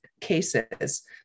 cases